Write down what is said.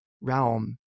realm